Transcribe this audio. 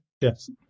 Yes